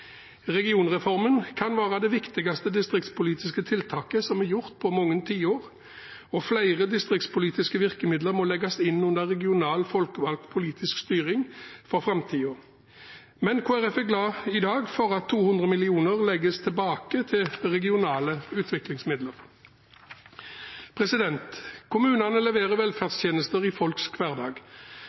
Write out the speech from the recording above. Regionreformen kan være det viktigste distriktspolitiske tiltaket som er gjort på mange tiår. Flere distriktspolitiske virkemidler må legges inn under regionalt folkevalgt politisk styring for framtiden. Kristelig Folkeparti er i dag glad for at 200 mill. kr legges tilbake til regionale utviklingsmidler. Kommunene leverer velferdstjenester i folks hverdag.